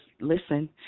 listen